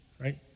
right